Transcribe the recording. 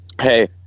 hey